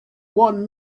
one